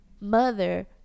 mother